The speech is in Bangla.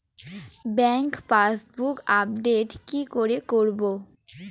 ব্যাংক পাসবুক আপডেট কি করে করবো?